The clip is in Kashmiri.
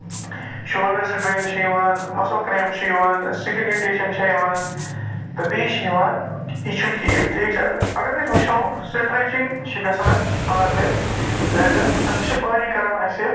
شولڈر سٔٹرین چھُ یِوان وَسَل پرٮ۪م چھُ یِوان سِگنِٹٮ۪شَن چھِ یِوان تہٕ بیٚیہِ چھِ یِوان یہِ چھُ ٹھیٖک چھا اَگر أسۍ وُچھو سٔٹرٔچِنگ چھِ گژھان آرمٔز لٮ۪گٔس تَتھ چھِ باڈی کران اَسہِ